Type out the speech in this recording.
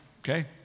okay